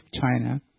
China